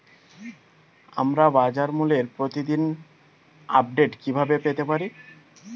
আমরা বাজারমূল্যের প্রতিদিন আপডেট কিভাবে পেতে পারি?